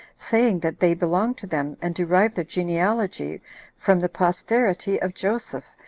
saying that they belong to them, and derive their genealogy from the posterity of joseph,